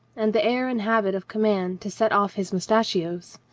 and the air and habit of command to set off his moustachios.